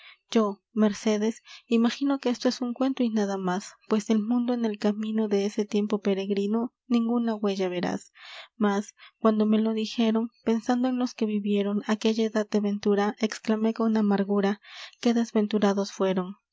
yo mercedes imagino que esto es cuento y nada más pues del mundo en el camino de ese tiempo peregrino ninguna huella verás mas cuando me lo dijeron pensando en los que vivieron aquella edad de ventura exclamé con amargura qué desventurados fueron